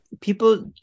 people